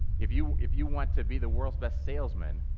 if you if you want to be the world's best salesman,